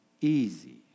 easy